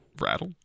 Rattle